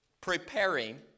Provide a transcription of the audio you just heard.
preparing